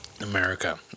America